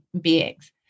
beings